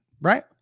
right